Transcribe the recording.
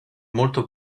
molto